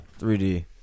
3D